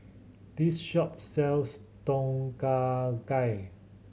this shop sells Tom Kha Gai